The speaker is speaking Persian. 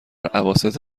اواسط